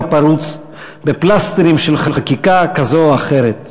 הפרוץ בפלסטרים של חקיקה כזאת או אחרת,